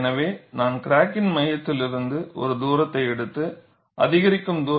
எனவே நான் கிராக்கின் மையத்திலிருந்து ஒரு தூரத்தை எடுத்து அதிகரிக்கும் தூரத்தைப் ds